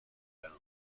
down